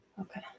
Okay